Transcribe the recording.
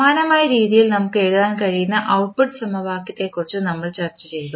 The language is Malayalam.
സമാനമായ രീതിയിൽ നമുക്ക് എഴുതാൻ കഴിയുന്ന ഔട്ട്പുട്ട് സമവാക്യത്തെക്കുറിച്ചും നമ്മൾ ചർച്ച ചെയ്തു